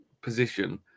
position